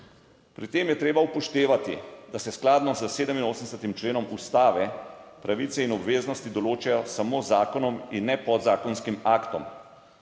Pri tem je treba upoštevati, da se skladno s 87. členom Ustave pravice in obveznosti določajo samo z zakonom in ne podzakonskim aktom.